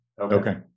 Okay